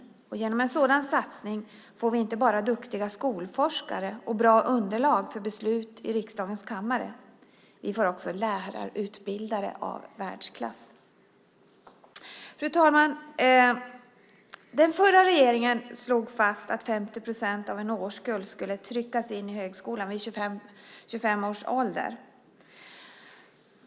Genom en sådan satsning får vi inte bara duktiga skolforskare och bra underlag för beslut i riksdagens kammare, vi får också lärarutbildare av världsklass. Fru talman! Den förra regeringen slog fast att 50 procent av en årskull skulle tryckas in i högskolan vid 25 års ålder.